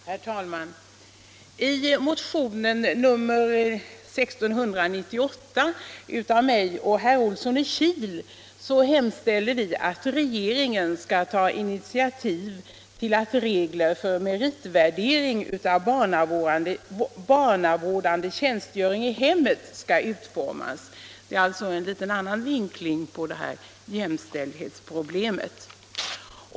Herr talman! I motionen 1698 av mig och herr Olsson i Kil hemställer vi att regeringen skall ta initiativ till att regler för meritvärdering av barnavårdande tjänstgöring i hemmet skall utformas. Det är alltså en litet annan vinkling på jämställdhetsproblemet.